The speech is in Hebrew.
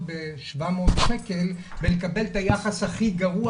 בשבע מאות שקל ולקבל את היחס הכי גרוע,